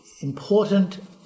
important